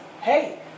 hey